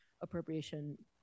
Appropriation